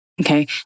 okay